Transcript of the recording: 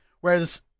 Whereas